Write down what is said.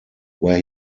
where